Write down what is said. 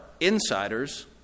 insiders